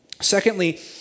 Secondly